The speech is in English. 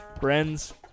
friends